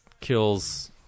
kills